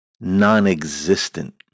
non-existent